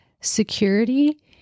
security